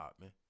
man